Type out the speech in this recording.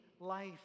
life